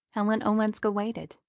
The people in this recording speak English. ellen olenska waited.